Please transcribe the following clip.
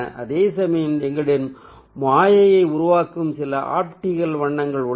அதேசமயம் எங்களிடம் மாயையை உருவாக்கும் சில ஆப்டிகல் வண்ணங்கள் உள்ளன